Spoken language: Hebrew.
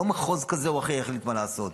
לא מחוז כזה או אחר יחליט מה לעשות.